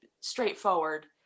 straightforward